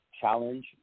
challenge